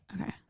Okay